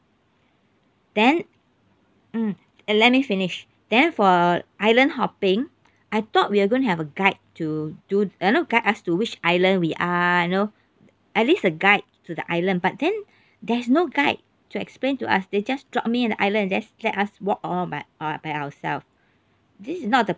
then mm eh let me finish then for island hopping I thought we're going have a guide to do you know guide us to which island we are you know at least a guide to the island but then there's no guide to explain to us they just dropped me at island and just let us walk all by by ourselves this is not the